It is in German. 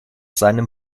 seinem